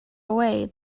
away